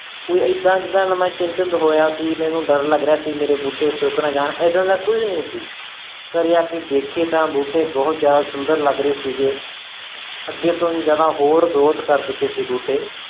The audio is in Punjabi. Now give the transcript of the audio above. ਕੋਈ ਇੱਦਾਂ ਜਿੱਦਾਂ ਦਾ ਮੈਂ ਚਿੰਤਿਤ ਹੋ ਰਿਹਾ ਸੀ ਮੈਨੂੰ ਡਰ ਲੱਗ ਰਿਹਾ ਸੀ ਮੇਰੇ ਬੂਟੇ ਸੁੱਕ ਨਾ ਜਾਣ ਇੱਦਾਂ ਦਾ ਕੁਝ ਨਹੀਂ ਸੀ ਘਰ ਆ ਕੇ ਦੇਖੇ ਤਾਂ ਬੂਟੇ ਬਹੁਤ ਜ਼ਿਆਦਾ ਸੁੰਦਰ ਲੱਗ ਰਹੇ ਸੀਗੇ ਅੱਗੇ ਤੋਂ ਜ਼ਿਆਦਾ ਹੋਰ ਗਰੋਥ ਕਰ ਚੁੱਕੇ ਸੀ ਬੂਟੇ